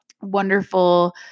wonderful